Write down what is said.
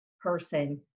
person